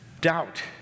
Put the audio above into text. Doubt